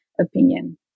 opinion